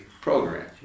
program